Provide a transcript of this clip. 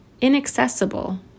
inaccessible